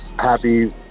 happy